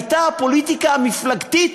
הייתה הפוליטיקה המפלגתית.